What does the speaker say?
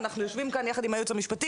אנחנו יושבים כאן יחד עם הייעוץ המשפטי,